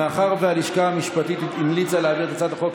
מאחר שהלשכה המשפטית המליצה להעביר את הצעת החוק,